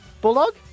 Bulldog